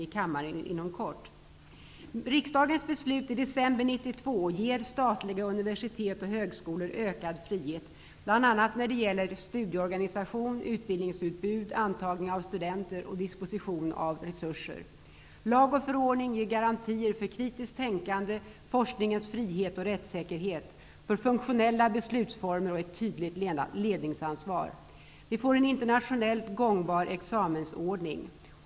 Riksdagens beslut i december 1992 ger statliga universitet och högskolor ökad frihet, bl.a. när det gäller studieorganisation, utbildningsutbud, antagning av studenter och disposition av resurser. Lag och förordning ger garantier för kritiskt tänkande, forskningens frihet och rättssäkerhet, för funktionella beslutsformer och ett tydligt ledningsansvar. Vi får en internationellt gångbar examensordning.